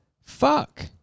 fuck